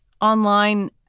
online